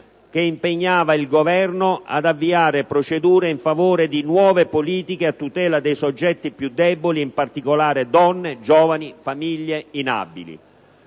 che impegnava il Governo ad avviare procedure «in favore di nuove politiche a tutela dei soggetti più deboli e in particolare di donne, giovani, famiglie, inabili